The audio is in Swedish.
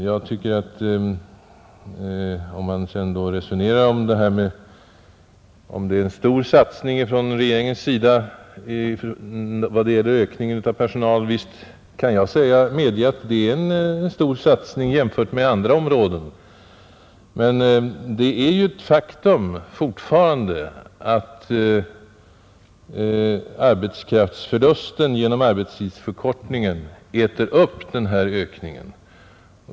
Visst kan jag medge att regeringen i år gjort en ganska stor satsning när det gäller ökningen av polispersonalen, om man jämför med andra områden. Men ett faktum är fortfarande att arbetskraftsbortfallet på grund av arbetstidsförkortningen äter upp denna personalökning.